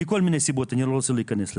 מכל מיני סיבות אני לא רוצה להיכנס לזה,